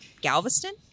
Galveston